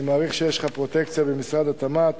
אני מעריך שיש לך פרוטקציה במשרד התמ"ת,